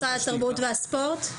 משרד התרבות והספורט?